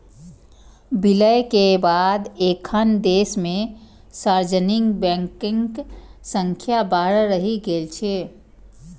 विलय के बाद एखन देश मे सार्वजनिक बैंकक संख्या बारह रहि गेल छै